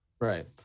Right